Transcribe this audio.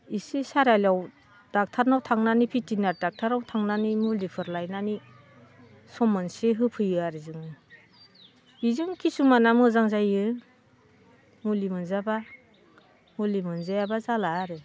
इसे सारिआलियाव डक्ट'रनाव थांनानै भेटेनारि डक्ट'राव थांनानै मुलिफोर सम मोनसे होफैयो आरो जोङो बेजों किसुमाना मोजां जायो मुलि मोनजाबा मुलि मोनजायाबा जाला आरो